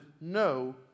no